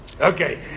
Okay